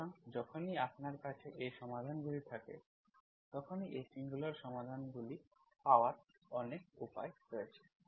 সুতরাং যখনই আপনার কাছে এই সমাধানগুলি থাকে তখন এই সিঙ্গুলার সমাধানগুলি পাওয়ার অনেক উপায় রয়েছে